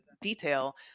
detail